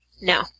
No